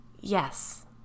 Yes